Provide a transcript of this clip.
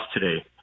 today